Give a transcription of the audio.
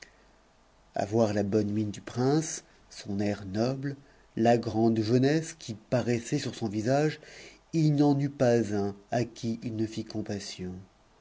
a voir la bonne mine du prince son air noble la grande jeunesse qui t iussait sur son visage il n'y en eut pas un à qui il ne fît compassion